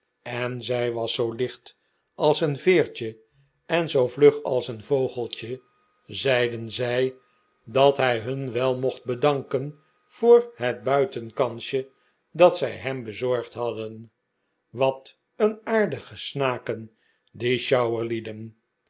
en zij was zoo licht als een veertje en zoo vlug als een vogeltje zeiden zij dat hij hun wel mocht bedanken voor het buitenkansje dat zij hem bezorgd hadden wat een aardige snaken